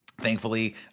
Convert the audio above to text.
Thankfully